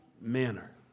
manner